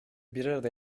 birarada